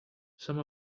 some